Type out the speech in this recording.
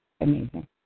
Amazing